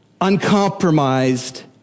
uncompromised